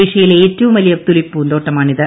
ക്യ്യയിലെ ഏറ്റവും വലിയ തുലിപ് പൂന്തോട്ടമാണിത്